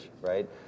right